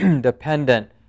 dependent